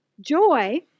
Joy